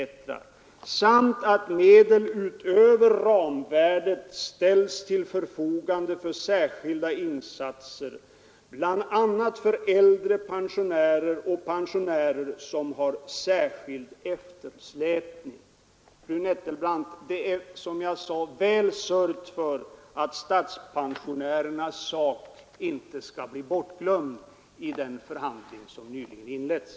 samt att medel utöver ramvärdet ställs till förfogande för särskilda insatser, bl.a. för äldre pensionärer och pensionärer som har särskild eftersläpning. Fru Nettelbrandt, det är som jag sade väl sörjt för att statspensionärernas sak inte skall bli bortglömd i den förhandling som nyligen inletts.